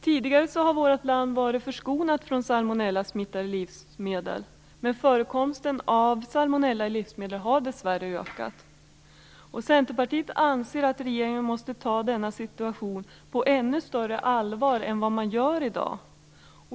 Tidigare har vårt land varit förskonat från salmonellasmittade livsmedel. Men förekomsten av salmonella i livsmedel har dessvärre ökat. Centerpartiet anser att regeringen måste ta denna situation på ännu större allvar än vad man gör i dag.